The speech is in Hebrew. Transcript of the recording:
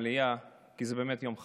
באמת יום חג.